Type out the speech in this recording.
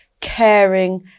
caring